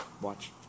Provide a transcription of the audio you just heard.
watch